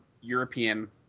European